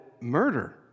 murder